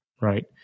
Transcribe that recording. right